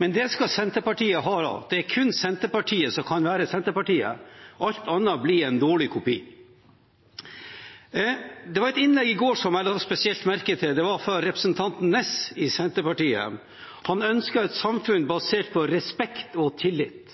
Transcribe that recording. Men det skal Senterpartiet ha: Det er kun Senterpartiet som kan være Senterpartiet – alt annet blir en dårlig kopi. Det var et innlegg i går som jeg la spesielt merke til. Det var fra Senterparti-representanten Steinar Ness. Han ønsket seg et samfunn basert på respekt og tillit.